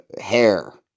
hair